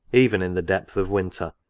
even in the depth of winter.